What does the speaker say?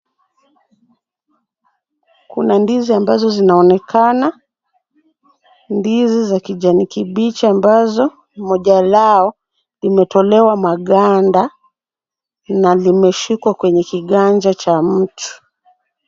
Kuna ndizi ambazo zinaonekana, ndizi za kijani kibichi ambazo moja lao limetolewa maganda na limeshikwa kwenye kiganja cha mtu.